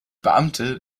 beamte